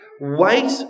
wait